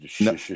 No